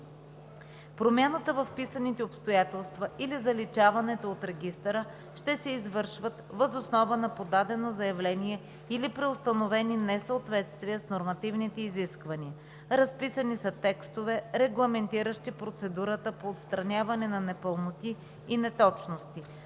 Промяната във вписаните обстоятелства или заличаването от регистъра ще се извършва въз основа на подадено заявление или при установени несъответствия с нормативните изисквания. Разписани са текстове, регламентиращи процедурата по отстраняване на непълноти и неточности.